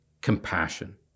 compassion